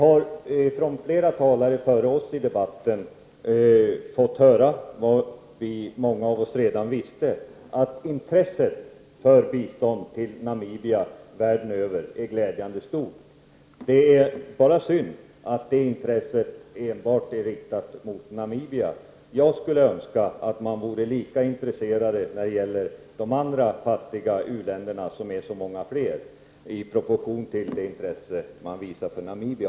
Av flera talare före oss i debatten har vi fått höra vad många av oss redan visste: att intresset över hela världen för bistånd till Namibia är glädjande stort. Det är bara synd att det intresset enbart är riktat mot Namibia. Jag skulle önska att man vore lika intresserad när det gäller de andra fattiga u-länderna — det finns ju så många fler — som man är i fråga om Namibia.